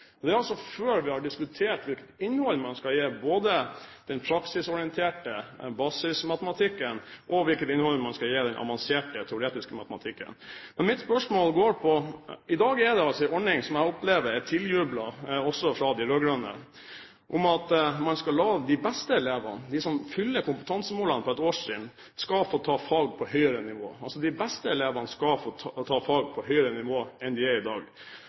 og det før vi har diskutert hvilket innhold man skal gi den praksisorienterte basismatematikken, og hvilket innhold man skal gi den avanserte teoretiske matematikken. I dag er det en ordning som jeg opplever er tiljublet, også fra de rød-grønne: å la de beste elevene, de som fyller kompetansemålene på et årstrinn, få ta fag på høyere nivå. De beste elevene skal altså få ta fag på høyere nivå enn de er på i dag.